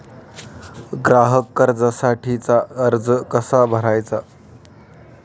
ग्राहक कर्जासाठीचा अर्ज कसा भरायचा?